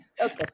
Okay